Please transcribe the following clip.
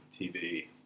TV